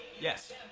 Yes